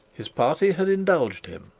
his party had indulged him,